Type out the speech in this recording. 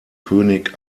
könig